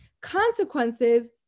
consequences